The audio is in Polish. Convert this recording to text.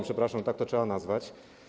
Przepraszam, ale tak to trzeba nazwać.